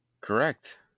Correct